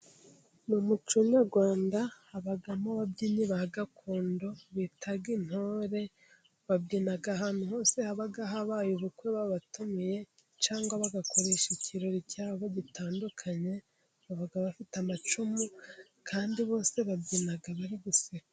Mu muco nyarwanda habamo ababyinnyi ba gakondo bita intore, babyina ahantu hose haba habaye ubukwe babatumiye cyangwa bagakoresha ikirori cyabo gitandukanye, abagabo bafite amacumu kandi bose babyina bari guseka.